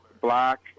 black